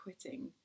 quitting